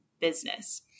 Business